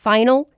Final